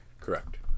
Correct